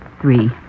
Three